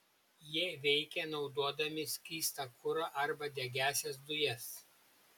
jie veikia naudodami skystą kurą arba degiąsias dujas